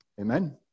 Amen